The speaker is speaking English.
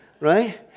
right